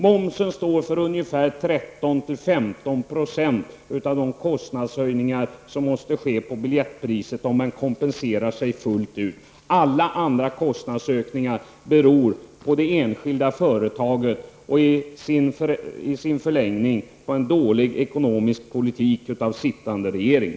Momsen står för 13--15 % av de höjningar av biljettpriset som måste ske om man kompenserar sig fullt ut. Alla andra kostnadsökningar beror på det enskilda företaget, och i förlängningen på en dålig ekonomisk politik av sittande regering.